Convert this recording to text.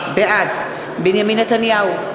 בעד בנימין נתניהו,